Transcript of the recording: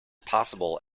possible